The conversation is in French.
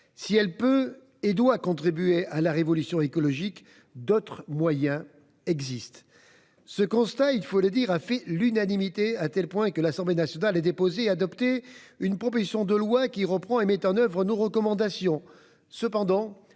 Si elle peut et doit contribuer à la révolution écologique, d'autres moyens existent. Ce constat, il faut le dire, a fait l'unanimité, à tel point que l'Assemblée nationale a adopté une proposition de loi qui reprenait et mettait en oeuvre nos recommandations.